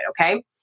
okay